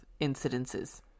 incidences